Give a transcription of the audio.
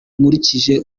nkurikije